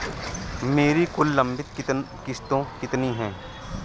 मेरी कुल लंबित किश्तों कितनी हैं?